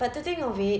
but to think of it